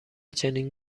چنین